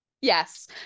Yes